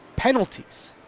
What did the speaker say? penalties